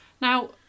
Now